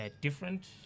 different